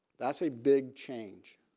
that's a big change.